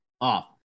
off